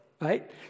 Right